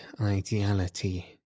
ideality